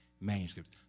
manuscripts